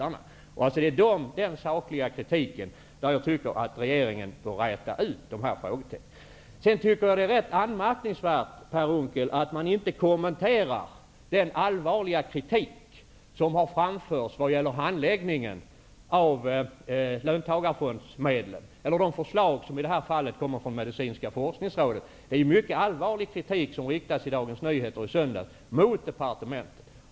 Jag tycker att regeringen bör försöka räta ut frågetecknen i anslutning till denna sakligt grundade kritik. Det är vidare anmärkningsvärt, Per Unckel, att man inte kommenterar den allvarliga kritik som har framförts mot handläggningen av löntagarfondsmedlen eller de förslag som kommer från Medicinska forskningsrådet. Det var en mycket allvarlig kritik som i söndagens nummer av Dagens Nyheter riktades mot departementet.